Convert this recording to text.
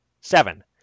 seven